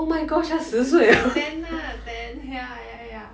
ten lah ten ya ya ya